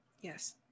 Yes